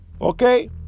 okay